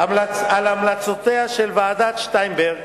על המלצותיה של ועדת-שטיינברג,